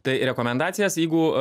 tai rekomendacijas jeigu